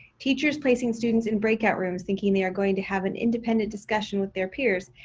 teachers placing students in breakout rooms, thinking they are going to have an independent discussion with their peers.